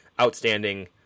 outstanding